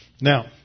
Now